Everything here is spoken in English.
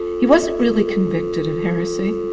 he wasn't really convicted of heresy.